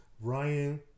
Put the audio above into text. Ryan